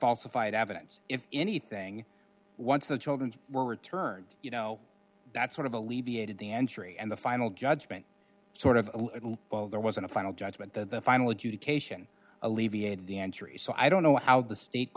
falsified evidence if anything once the children were returned you know that's sort of alleviated the entry and the final judgement sort of well there wasn't a final judgment that the final adjudication alleviated the entry so i don't know how the state